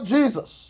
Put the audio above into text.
Jesus